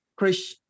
Krish